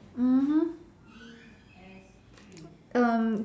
mmhmm um